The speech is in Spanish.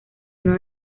uno